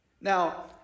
Now